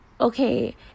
okay